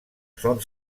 són